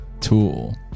Tool